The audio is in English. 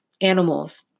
Animals